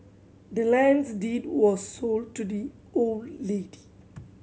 the land's deed was sold to the old lady